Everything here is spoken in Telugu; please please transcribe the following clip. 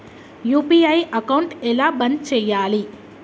యూ.పీ.ఐ అకౌంట్ ఎలా బంద్ చేయాలి?